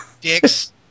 Dicks